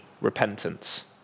repentance